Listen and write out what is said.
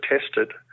tested